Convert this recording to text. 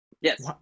Yes